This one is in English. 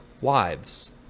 wives